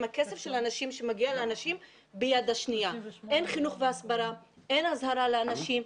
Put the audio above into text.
אין חינוך והסברה וגם לא מזהירים את האנשים.